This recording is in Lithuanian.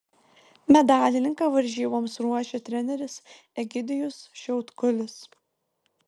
medalininką varžyboms ruošia treneris egidijus šiautkulis